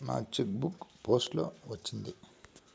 నా cheque book post లో వచ్చింది